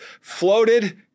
floated